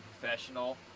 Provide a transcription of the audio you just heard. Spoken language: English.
professional